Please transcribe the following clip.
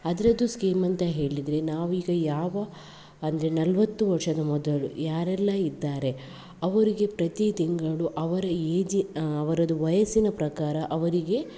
ಅದರದ್ದು ಸ್ಕೀಮ್ ಅಂತ ಹೇಳಿದರೆ ನಾವು ಈಗ ಯಾವ ಅಂದರೆ ನಲ್ವತ್ತು ವರ್ಷದ ಮೊದಲು ಯಾರೆಲ್ಲಾ ಇದ್ದಾರೆ ಅವರಿಗೆ ಪ್ರತಿ ತಿಂಗಳು ಅವರ ಏಜೆ ಅವರದ್ದು ವಯಸ್ಸಿನ ಪ್ರಕಾರ ಅವರಿಗೆ